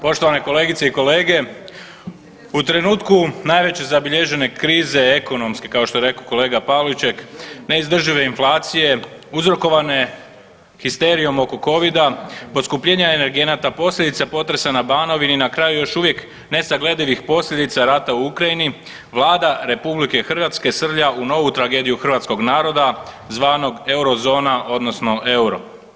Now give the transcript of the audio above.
Poštovane kolegice i kolege u trenutku najveće zabilježene krize ekonomske kao što je rekao kolega Pavliček, neizdržive inflacije uzrokovane histerijom oko Covida, poskupljenja energenata, posljedica potresa na Banovni i na kraju još uvijek nesagledivih posljedica rata u Ukrajini Vlada RH srlja u novu tragediju hrvatskog naroda zvanog Eurozona odnosno EUR-o.